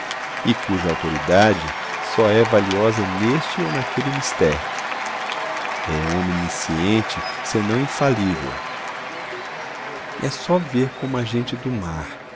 e cuja autoridade só é valiosa neste ou naquele mister é onisciente senão infalível é só ver como a gente do mar